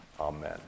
Amen